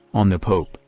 on the pope,